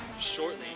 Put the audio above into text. shortly